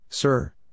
Sir